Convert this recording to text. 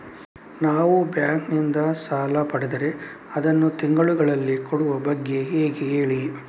ನಾವು ಬ್ಯಾಂಕ್ ನಿಂದ ಸಾಲ ಪಡೆದರೆ ಅದನ್ನು ತಿಂಗಳುಗಳಲ್ಲಿ ಕೊಡುವ ಬಗ್ಗೆ ಹೇಗೆ ಹೇಳಿ